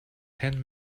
ten